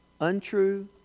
untrue